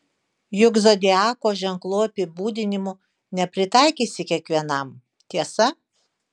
juk zodiako ženklų apibūdinimų nepritaikysi kiekvienam tiesa